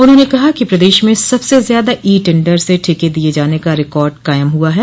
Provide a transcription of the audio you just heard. उन्होंने कहा कि प्रदेश में सबसे ज्यादा ई टेन्डर से ठेके दिये जाने का रिकार्ड कायम हुआ है